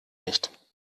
nicht